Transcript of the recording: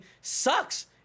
sucks